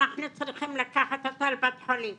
אנחנו צריכים לקחת אותה לבית חולים,